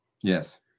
Yes